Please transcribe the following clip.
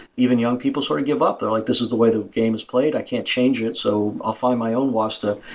even young people sort of give up, like this is the way the game is played. i can't change it, so i'll find my own wasta.